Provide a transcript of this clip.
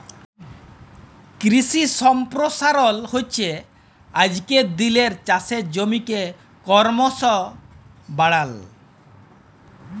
কিশি সম্পরসারল হচ্যে আজকের দিলের চাষের জমিকে করমশ বাড়াল